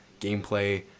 gameplay